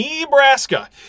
Nebraska